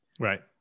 Right